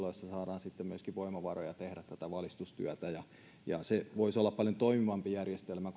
ja saadaan myöskin voimavaroja tehdä tätä valistustyötä se voisi olla paljon toimivampi järjestelmä